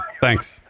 Thanks